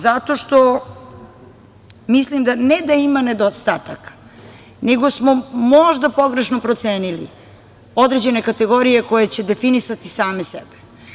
Zato što mislim, ne da ima nedostataka, nego smo možda pogrešno procenili, određene kategorije koje će definisati same sebe.